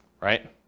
Right